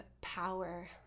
power